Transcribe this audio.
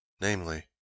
namely